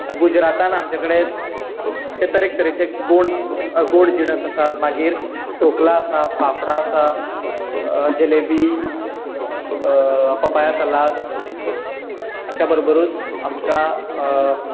गुजरातांत आमचे कडेन तरेतरेचे गोड गोड जिनस आसात मागीर धोकळा आसा फाफडा आसा जलेबी पपाया सालाद हाच्या बरोबरच आमकां